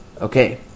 Okay